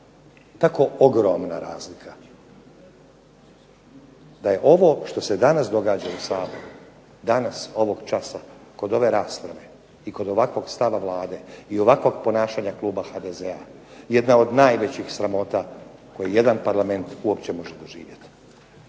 tako ogromna razlika da je ovo što se danas događa u Saboru, danas ovog časa kod ove rasprave i kod ovakvog stava Vlade i ovakvog ponašanja kluba HDZ-a, jedna od najvećih sramota koju jedan parlament uopće može doživjeti.